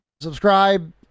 Subscribe